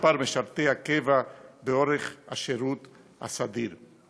מספר משרתי הקבע ואורך השירות הסדיר.